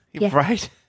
right